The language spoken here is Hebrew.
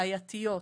בעייתיות,